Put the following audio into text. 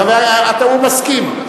חבר הכנסת, הוא מסכים,